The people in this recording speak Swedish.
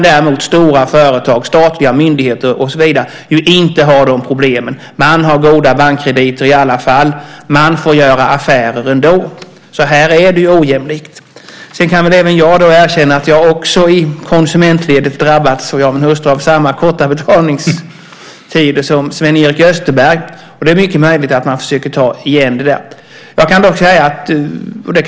Däremot har stora företag, statliga myndigheter och så vidare inte de problemen - man har goda bankkrediter i alla fall, och man får göra affärer ändå. Här är det ojämlikt. Sedan kan även jag erkänna att jag och min hustru har drabbats i konsumentledet av samma korta betalningstider som Sven-Erik Österberg. Det är mycket möjligt att man försöker ta igen det där.